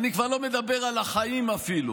אני כבר לא מדבר על החיים אפילו,